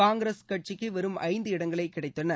காங்கிரஸ் கட்சிக்கு வெறும் ஐந்து இடங்களே கிடைத்தன